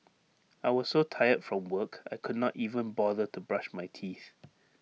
I was so tired from work I could not even bother to brush my teeth